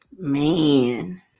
Man